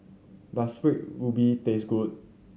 does Red Ruby taste good